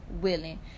willing